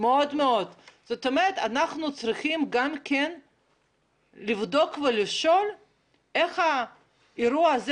אנחנו צריכים לבדוק ולשאול איך האירוע הזה,